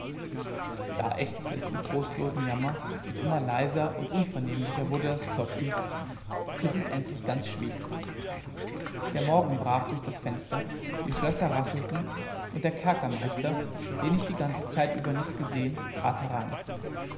da ächzte es im trostlosen jammer und immer leiser und unvernehmlicher wurde das klopfen bis es endlich ganz schwieg der morgen brach durch das fenster die schlösser rasselten und der kerkermeister den ich die ganze zeit über nicht gesehen trat herein